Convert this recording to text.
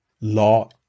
law